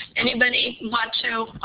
anybody want to